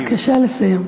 בבקשה לסיים.